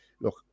look